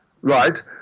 right